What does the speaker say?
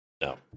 No